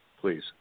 please